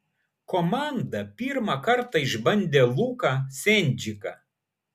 komanda pirmą kartą išbandė luką sendžiką